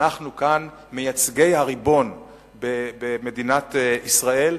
אנחנו כאן מייצגי הריבון במדינת ישראל,